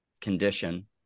condition